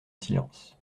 silence